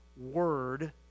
word